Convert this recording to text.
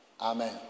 Amen